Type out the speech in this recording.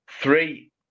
three